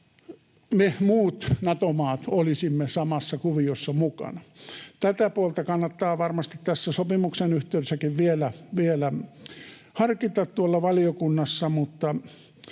me muut Nato-maat olisimme samassa kuviossa mukana. Tätä puolta kannattaa varmasti tässä sopimuksen yhteydessäkin vielä harkita tuolla valiokunnassa.